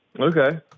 Okay